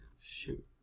Shoot